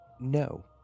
No